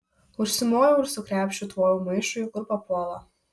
užsimojau ir su krepšiu tvojau maišui kur papuola